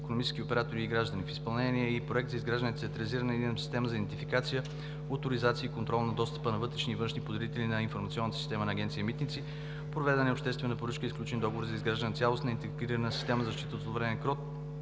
икономически оператори и граждани; в изпълнение е и Проект за изграждане и централизиране на единна система за идентификация, оторизация и контрол на достъпа на вътрешни и външни потребители на информационната система на Агенция „Митници“; проведена е обществена поръчка и е сключен договор за изграждане на цялостна интегрирана система за защита от зловреден